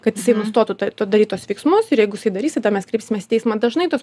kad jisai nustotų to daryt tuos veiksmus ir jeigu jisai darys tada mes kreipsimės į teismą dažnai tos